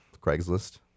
Craigslist